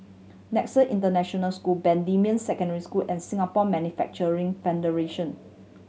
Nexus International School Bendemeer Secondary School and Singapore Manufacturing Federation